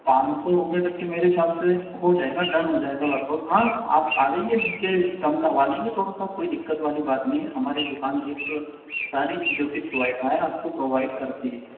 पाँच सौ रुपए तक के मेरे ख़्याल से हो जाएगा डन हो जाएंगा लगभग हाँ आप आ जाइए मिल कर कम करवा लेंगे थोड़ा सा कोई दिक्कत वाली बात नहीं हैं हमारी दुकान पर तो सारी चीजों की सुविधाएँ है आपको प्रोवाइड करतें हैं